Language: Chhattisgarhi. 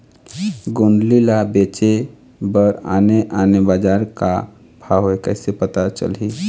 गोंदली ला बेचे बर आने आने बजार का भाव कइसे पता चलही?